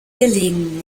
gelegen